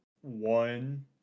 one